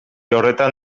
horretan